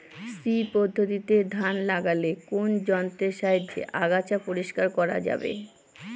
শ্রী পদ্ধতিতে ধান লাগালে কোন যন্ত্রের সাহায্যে আগাছা পরিষ্কার করা যাবে?